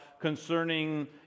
concerning